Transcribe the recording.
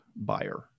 buyer